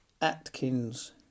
Atkins